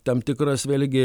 tam tikras vėlgi